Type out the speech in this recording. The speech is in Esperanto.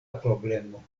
problemo